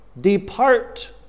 depart